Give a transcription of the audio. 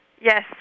Yes